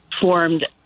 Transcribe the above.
formed